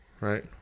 Right